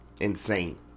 Insane